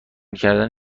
کردن